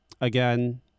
Again